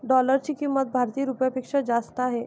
डॉलरची किंमत भारतीय रुपयापेक्षा जास्त आहे